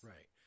Right